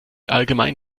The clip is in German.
allgemein